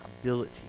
ability